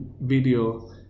video